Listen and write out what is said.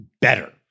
better